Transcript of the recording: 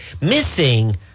Missing